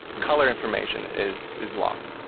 color information is is lost.